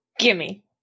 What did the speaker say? Gimme